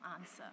answer